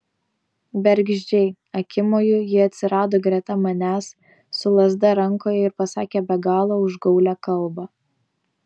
bergždžiai akimoju ji atsirado greta manęs su lazda rankoje ir pasakė be galo užgaulią kalbą